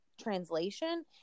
translation